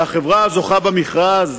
והחברה הזוכה במכרז,